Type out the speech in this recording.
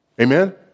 Amen